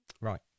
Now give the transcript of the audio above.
Right